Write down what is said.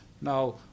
Now